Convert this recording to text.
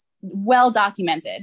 well-documented